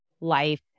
life